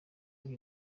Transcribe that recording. ari